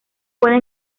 puede